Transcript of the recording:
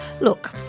look